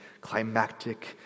climactic